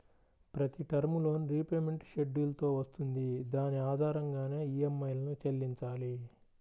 ప్రతి term loan repayment schedule తో వస్తుంది దాని ఆధారంగానే ఈఎంఐలను చెల్లించాలి